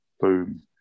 Boom